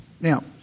Now